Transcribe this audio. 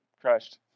crushed